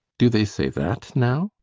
do they say that now?